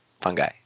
fungi